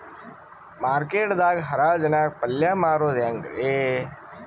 Market ದಾಗ್ ಹರಾಜ್ ನಾಗ್ ಪಲ್ಯ ಮಾರುದು ಹ್ಯಾಂಗ್ ರಿ?